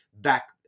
back